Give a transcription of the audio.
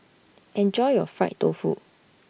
Enjoy your Fried Tofu